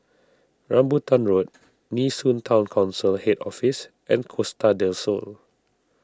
Rambutan Road Nee Soon Town Council Head Office and Costa del Sol